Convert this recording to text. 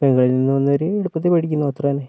ബംഗാളിൽ നിന്ന് വന്നവര് എളുപ്പത്തിൽ പഠിക്കുന്നു അത്ര തന്നെ